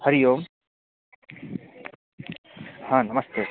हरिः ओम् हा नमस्ते